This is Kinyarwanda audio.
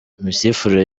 imisifurire